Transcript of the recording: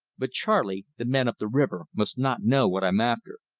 but, charley, the men up the river must not know what i'm after.